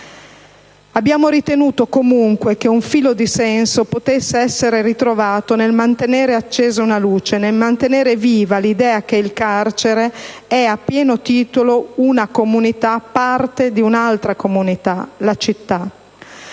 Abbiamo ritenuto comunque che un filo di senso potesse essere ritrovato nel mantenere accesa una luce, nel mantenere viva l'idea che il carcere è a pieno titolo una comunità parte di un'altra comunità, la città.